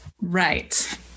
Right